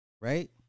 Right